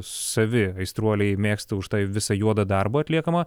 savi aistruoliai mėgsta už tą visą juodą darbą atliekamą